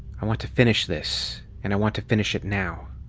i want to finish this, and i want to finish it now.